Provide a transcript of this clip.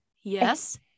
Yes